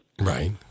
Right